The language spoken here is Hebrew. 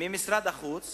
ממשרד החוץ